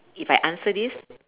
if I answer this